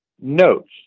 notes